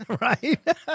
right